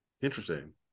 interesting